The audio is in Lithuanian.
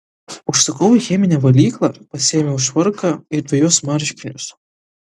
užsukau į cheminę valyklą pasiėmiau švarką ir dvejus marškinius